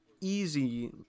easy